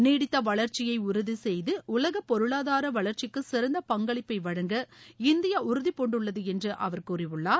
நீடித்த வளர்ச்சியை உறுதி செய்து உலக பொருளாதார வளர்ச்சிக்கு சிறந்த பங்களிப்பை வழங்க இந்தியா உறுதிப்பூண்டுள்ளது என்று அவர் கூறியுள்ளார்